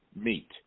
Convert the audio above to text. meet